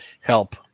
help